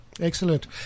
Excellent